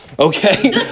Okay